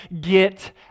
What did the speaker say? get